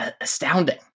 astounding